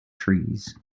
trees